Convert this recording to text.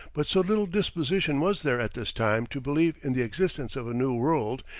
but so little disposition was there at this time to believe in the existence of a new world,